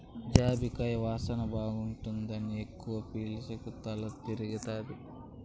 జాజికాయ వాసన బాగుండాదని ఎక్కవ పీల్సకు తల తిరగతాది